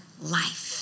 life